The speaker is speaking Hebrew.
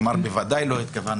הוא אמר שהוא בוודאי לא התכוון